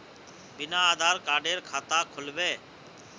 बिना आधार कार्डेर खाता खुल बे?